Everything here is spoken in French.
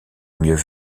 mieux